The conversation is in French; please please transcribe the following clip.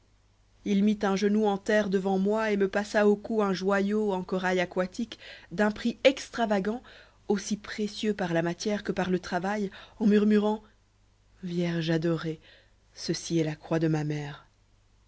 il mit un genou en terre devant moi et me passa au cou un joyau en corail aquatique d'un prix extravagant aussi précieux par la matière que par le travail en murmurant vierge adorée ceci est la croix de ma mère